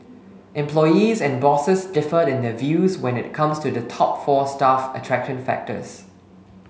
employees and bosses differed in their views when it comes to the top four staff attraction factors